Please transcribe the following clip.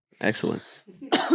Excellent